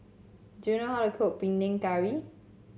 do you know how to cook Panang Curry